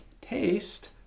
taste